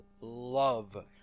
love